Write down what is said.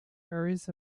areas